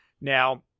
Now